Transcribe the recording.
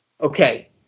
Okay